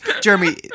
Jeremy